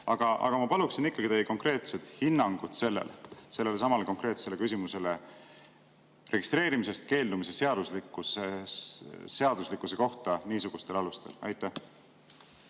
Aga ma paluksin ikkagi teie konkreetset hinnangut sellele, sellelesamale konkreetsele küsimusele registreerimisest keeldumise seaduslikkuse kohta niisugustel alustel. Aitäh